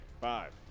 Five